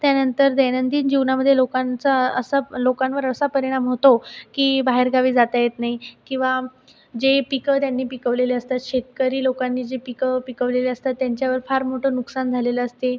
त्यानंतर दैनंदिन जीनवामध्ये लोकांचा असा लोकांवर असा परिणाम होतो की बाहेरगावी जाता येत नाही किंवा जे पिकं त्यांनी पिकवलेले असतात शेतकरी लोकांनी जे पिकं पिकवलेले असतात त्यांच्यावर फार मोठं नुकसान झालेलं असते